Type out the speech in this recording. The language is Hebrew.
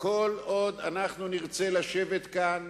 שכל עוד נרצה לשבת כאן